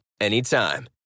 anytime